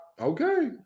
okay